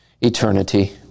eternity